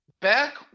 Back